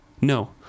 No